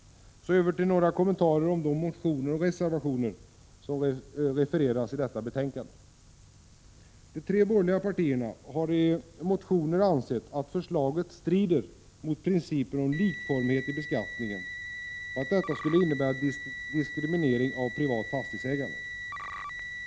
Så över till några kommentarer om de motioner och reservationer som refereras i detta betänkande. De tre borgerliga partierna har i motioner ansett att förslaget strider mot principen om likformighet i beskattningen och att detta skulle innebära diskriminering av privat fastighetsägande.